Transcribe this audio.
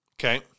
okay